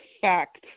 fact